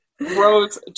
rose